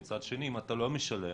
ומצד שני אם אתה לא משלם